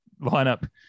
lineup